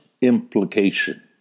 implication